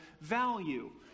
value